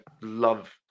love